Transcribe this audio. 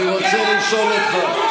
אני רוצה לשאול אותך,